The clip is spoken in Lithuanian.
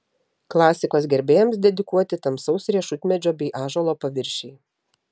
klasikos gerbėjams dedikuoti tamsaus riešutmedžio bei ąžuolo paviršiai